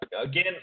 again